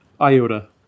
iota